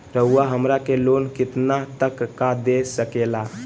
रउरा हमरा के लोन कितना तक का दे सकेला?